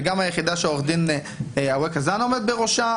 וגם היחידה שעו"ד אווקה זנה עומד בראשה